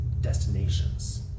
destinations